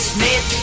Smith